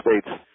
States